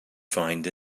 find